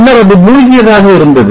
முன்னர் அது மூழ்கியதாக இருந்தது